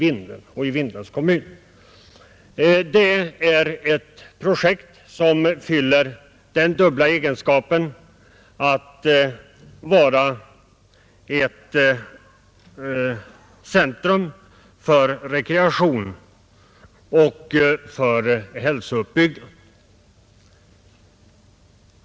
Det är ett projekt enligt vilket Vindeln skulle fylla den dubbla uppgiften att vara ett centrum för rekreation och att vara ett centrum för hälsouppbyggande.